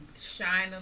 shine